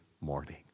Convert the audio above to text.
morning